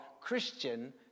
Christian